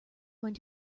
going